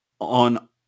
on